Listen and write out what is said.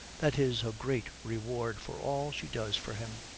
that is her great reward for all she does for him.